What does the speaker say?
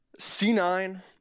C9